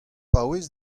paouez